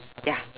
ya